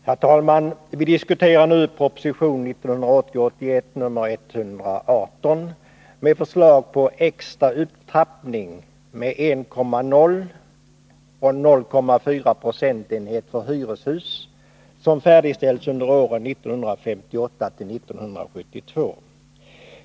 Herr talman! Vi diskuterar nu proposition 1980/81:118 med förslag om extra upptrappning med 1,0-0,4 procentenheter för hyreshus som färdigställts under åren 1958-1972.